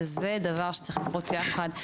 וזה דבר שצריך לקרות יחד.